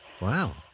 Wow